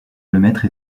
lemaître